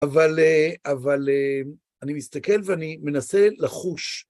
אבל אני מסתכל ואני מנסה לחוש.